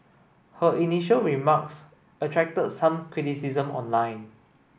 her initial remarks attracted some criticism online